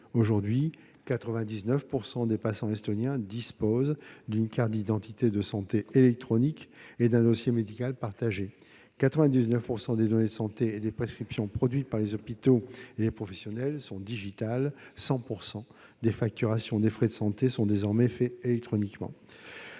aujourd'hui, 99 % des patients estoniens disposent d'une carte d'identité de santé électronique et d'un dossier médical partagé ; 99 % des données de santé et des prescriptions produites par les hôpitaux et les professionnels d'Estonie sont numériques ; 100 % des facturations des frais de santé sont désormais réalisées électroniquement